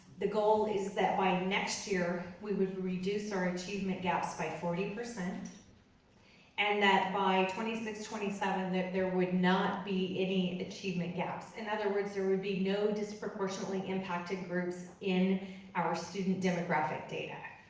the goal is that by next year, we would reduce our achievement gaps by forty, and that by twenty six twenty seven that there would not be any achievement gaps. in other words, there would be no disproportionately impacted groups in our student demographic data.